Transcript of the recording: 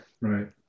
right